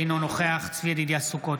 אינו נוכח צבי ידידיה סוכות,